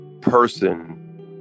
person